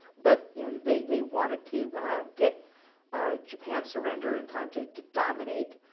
but you know they they wanted to get japan's surrender in time to to dominate